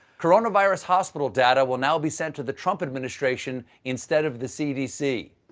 coronavirus hospital data will now be sent to the trump administration instead of the cd, c.